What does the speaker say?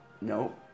no